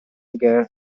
tiger